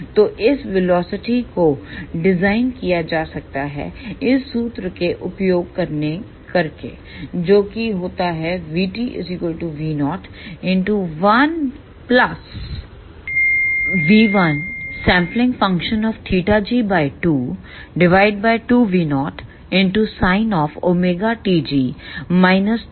तो उस वेलोसिटी को डिजाइन किया जा सकता है इस सूत्र के उपयोग करके जो कि होता है 𝝂𝝂01V1Sag22V0 sin ⍵tg g2